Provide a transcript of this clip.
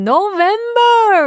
November